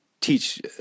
teach